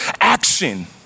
action